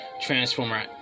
transformer